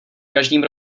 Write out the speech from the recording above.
každým